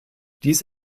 dies